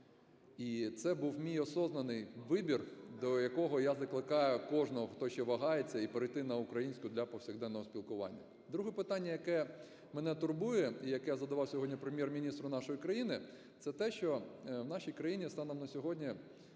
І це був мій осознанный вибір, до якого я закликаю кожного, хто ще вагається, і перейти на українську для повсякденного спілкування. Друге питання, яке мене турбує і яке я задавав сьогодні Прем’єр-міністру нашої країни, це те, що в нашій країні станом на сьогодні